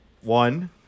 one